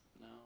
No